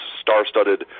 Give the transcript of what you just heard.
star-studded